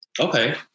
Okay